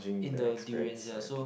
in the durians ya so